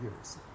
years